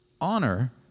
honor